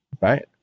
right